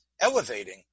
elevating